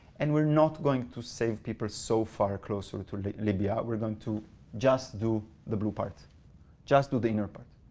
and we're not going to save people so far closer to libya. we're going to just do the blue part just do the inner part.